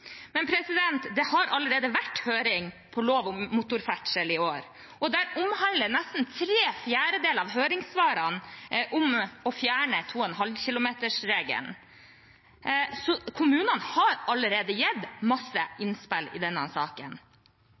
Men det har allerede vært høring om lov om motorferdsel i år, og der handler nesten tre fjerdedeler av høringssvarene om å fjerne 2,5 km-regelen. Så kommunene har allerede gitt mange innspill i denne saken.